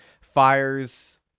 fires